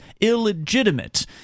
illegitimate